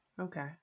Okay